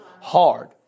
hard